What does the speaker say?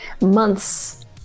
months